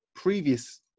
previous